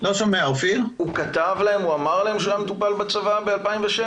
--- הוא כתב להם שהוא היה מטופל בצבא ב-2007?